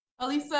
Alisa